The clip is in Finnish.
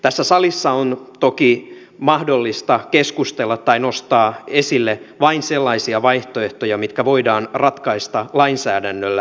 tässä salissa on toki mahdollista keskustella tai nostaa esille vain sellaisia vaihtoehtoja mitkä voidaan ratkaista lainsäädännöllä